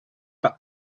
back